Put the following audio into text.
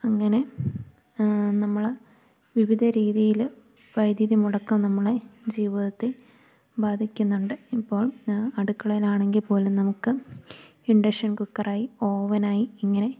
അങ്ങനെ നമ്മള് വിവിധ രീതിയിൽ വൈദ്യുതി മുടക്കം നമ്മളുടെ ജീവിതത്തേ ബാധിക്കുന്നുണ്ട് ഇപ്പം അടുക്കളയിൽ ആണെങ്കിൽ പോലും നമുക്ക് ഇൻഡക്ഷൻ കുക്കറായി ഓവനായി ഇങ്ങനെ